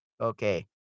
Okay